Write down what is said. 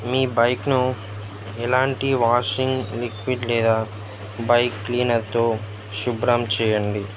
మీ బైక్ను ఎలాంటి washing liquid లేదా బైక్ క్లీనర్తో శుభ్రం చేయండి